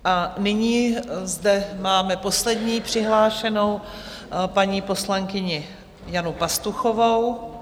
A nyní zde máme poslední přihlášenou paní poslankyni Janu Pastuchovou.